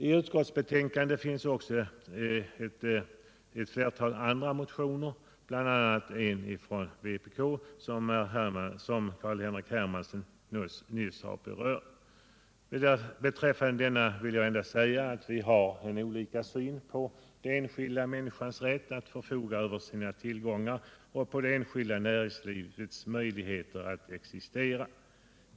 I utskottsbetänkandet behandlas också ett par andra motioner, bl.a. en från vpk, som Carl-Henrik Hermansson nyss har berört. Beträffande denna vill jag endast säga att vi har olika syn på den enskilda människans rätt att förfoga över sina tillgångar och på det enskilda näringslivets möjligheter att existera.